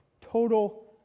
Total